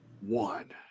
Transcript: one